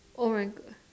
oh my God